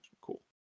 Cool